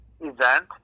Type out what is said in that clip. event